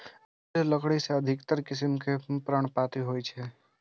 दृढ़ लकड़ी के अधिकतर किस्म पर्णपाती होइ छै